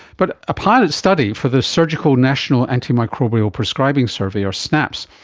but a pilot study for the surgical national antimicrobial prescribing survey, or snaps,